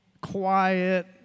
quiet